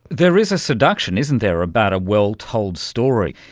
there is a seduction, isn't there, about a well told story.